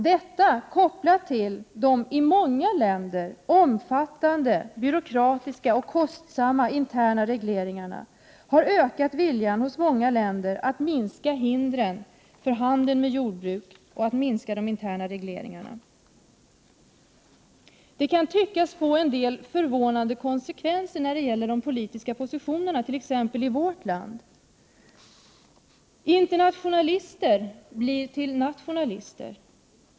Detta förhållande, kopplat till de i många länder omfattande byråkratiska och kostsamma interna regleringarna, har ökat viljan hos många länder att minska hindren för handeln med jordbruksprodukter och att minska de interna regleringarna. Det kan tyckas få en del förvånande konsekvenser när det gäller de politiska positionerna, t.ex. i vårt land. Internationalister blir till nationalister.